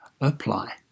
apply